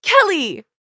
Kelly